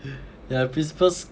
ya principal's